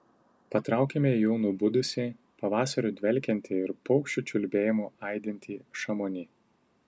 patraukėme į jau nubudusį pavasariu dvelkiantį ir paukščių čiulbėjimu aidintį šamoni